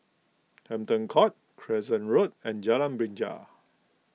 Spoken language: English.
Hampton Court Crescent Road and Jalan Binja